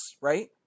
right